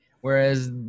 Whereas